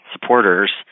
supporters